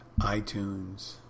iTunes